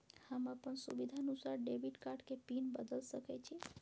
हम अपन सुविधानुसार डेबिट कार्ड के पिन बदल सके छि?